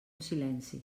silenci